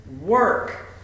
work